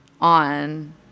on